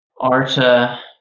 Arta